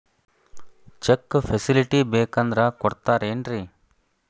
Check facility ಬೇಕಂದ್ರ ಕೊಡ್ತಾರೇನ್ರಿ?